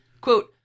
quote